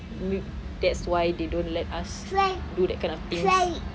ma~ that's why they don't let us do that kind of things